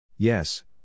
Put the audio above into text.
Yes